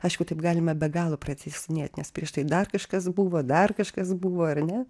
aišku taip galime be galo pratęsinėt nes prieš tai dar kažkas buvo dar kažkas buvo ar ne